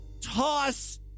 toss